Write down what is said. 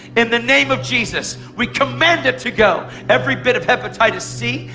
in the name of jesus, we command it to go. every bit of hepatitis c,